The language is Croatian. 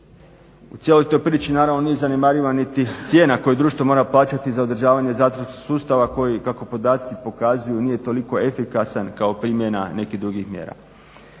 U cijeloj toj priči naravno nije zanemariva niti cijena koju društvo mora plaćati za održavanje zatvorskog sustava koji kako podaci pokazuju nije toliko efikasan kao primjena nekih drugih mjera.